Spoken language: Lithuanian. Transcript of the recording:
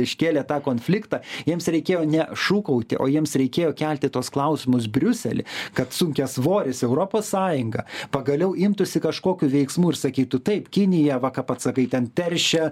iškėlė tą konfliktą jiems reikėjo ne šūkauti o jiems reikėjo kelti tuos klausimus briusely kad sunkiasvoris europos sąjunga pagaliau imtųsi kažkokių veiksmų ir sakytų taip kinija va ką pats sakai ten teršia